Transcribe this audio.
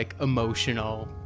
emotional